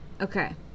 Okay